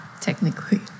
technically